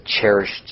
cherished